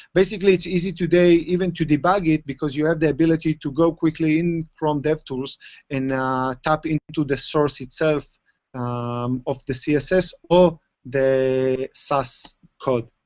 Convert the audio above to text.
basically it's easy today even to debug it because you have the ability to go quickly in chrome dev tools and tap into the source itself of the css or the source code,